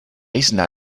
isla